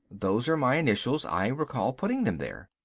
those are my initials, i recall putting them there.